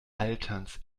alterns